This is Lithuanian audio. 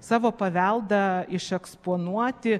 savo paveldą išeksponuoti